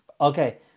Okay